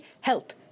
Help